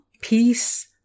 peace